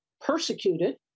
persecuted